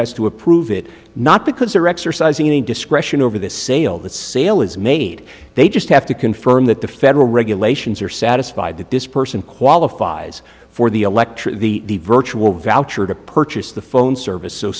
has to approve it not because they're exercising any discretion over the sale that sale is made they just have to confirm that the federal regulations are satisfied that this person qualifies for the electric the virtual voucher to purchase the phone service so